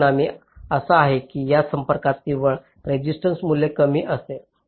परिणाम असा आहे की या संपर्काचे निव्वळ रेसिस्टन्स मूल्य कमी असेल